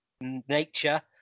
nature